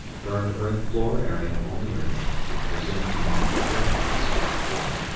burned earth floor area only remaining, presumed to mark a frame house one.